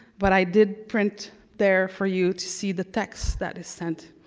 but i did print there for you to see the text that is sent.